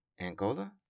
Angola